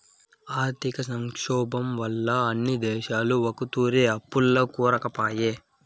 ఆర్థిక సంక్షోబం వల్ల అన్ని దేశాలు ఒకతూరే అప్పుల్ల కూరుకుపాయే